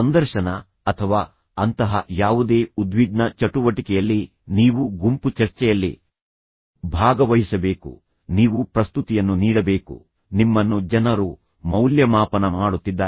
ಸಂದರ್ಶನ ಅಥವಾ ಅಂತಹ ಯಾವುದೇ ಉದ್ವಿಗ್ನ ಚಟುವಟಿಕೆಯಲ್ಲಿ ನೀವು ಗುಂಪು ಚರ್ಚೆಯಲ್ಲಿ ಭಾಗವಹಿಸಬೇಕು ನೀವು ಪ್ರಸ್ತುತಿಯನ್ನು ನೀಡಬೇಕು ನಿಮ್ಮನ್ನು ಜನರು ಮೌಲ್ಯಮಾಪನ ಮಾಡುತ್ತಿದ್ದಾರೆ